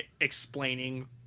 explaining